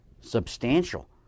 substantial